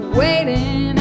waiting